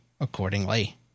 accordingly